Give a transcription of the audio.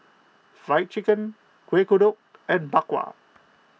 Fried Chicken Kueh Kodok and Bak Kwa